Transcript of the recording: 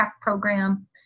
program